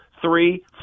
three